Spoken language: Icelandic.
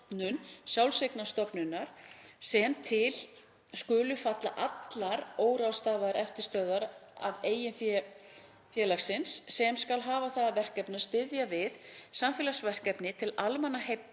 sjálfseignarstofnunar sem til skulu falla allar óráðstafaðar eftirstöðvar af eigin fé félagsins, sem skal hafa það að verkefni að styðja við samfélagsverkefni til almannaheilla